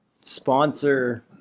sponsor